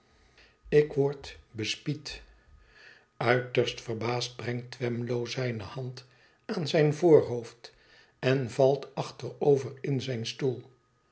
ik word bespied uiterst verbaasd brengt twemlow zijne hand aan zijn voorhoofd en valt achterover in zijn stoel